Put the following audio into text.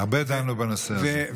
הרבה דנו בנושא הזה.